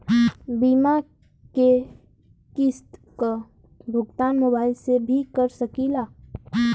बीमा के किस्त क भुगतान मोबाइल से भी कर सकी ला?